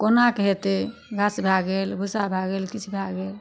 कोना कऽ हेतै घास भए गेल भूसा भए गेल किछु भए गेल